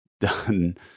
done